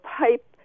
pipe